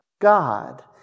God